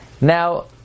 Now